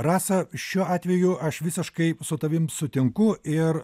rasa šiuo atveju aš visiškai su tavim sutinku ir